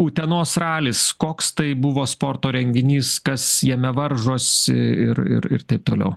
utenos ralis koks tai buvo sporto renginys kas jame varžosi ir ir ir taip toliau